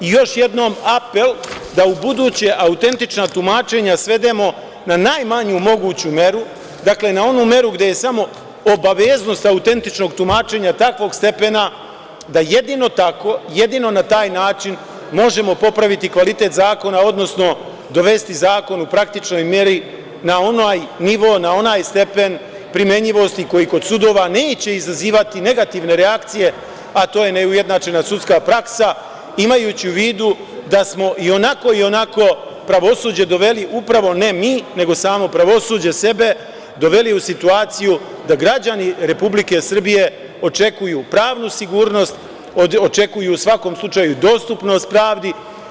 Još jednom apel da ubuduće autentična tumačenja svedemo na najmanju moguću meru, dakle na onu meru gde je samo obaveznost autentičnog tumačenja takvog stepena da jedino tako, jedino na taj način možemo popraviti kvalitet zakona, odnosno dovesti zakon u praktičnoj meri na onaj nivo, stepen primenjivosti koji kod sudova neće izazivati negativne reakcije, a to je neujednačena sudska praksa, imajući u vidu da smo i onako pravosuđe doveli upravo, ne mi, nego samo pravosuđe sebe, doveli u situaciju da građani Republike Srbije očekuju pravnu sigurnost, očekuju dostupnost pravdi.